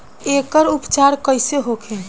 एकर उपचार कईसे होखे?